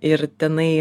ir tenai